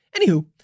Anywho